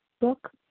book